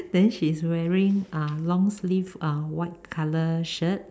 then she's wearing uh long sleeve uh white color shirt